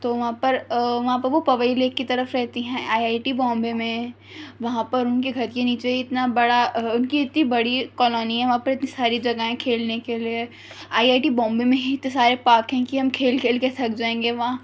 تو وہاں پر وہاں پر وہ پویلے کی طرف رہتی ہیں آئی آئی ٹی بومبے میں وہاں پر ان کے گھر کے نیچے اتنا بڑا ان کی اتنی بڑی کالونی ہے وہاں پر اتنی ساری جگہیں ہیں کھیلنے کے لیے آئی آئی ٹی بومبے میں ہی اتنے سارے پارک ہیں کہ ہم کھیل کھیل کے تھک جائیں گے وہاں